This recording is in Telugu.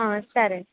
ఆ సరే